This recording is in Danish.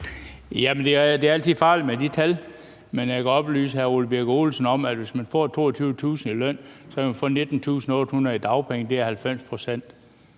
Det er altid farligt med de tal, men jeg kan oplyse hr. Ole Birk Olesen om, at hvis man får 22.000 kr. i løn, kan man få 19.800 kr. i dagpenge. Det er 90 pct.